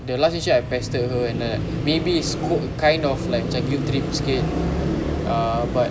the last relationship I pestered her and then like maybe it's kind of like macam guilt trip sikit ah but